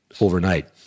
overnight